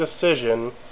decision